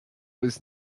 was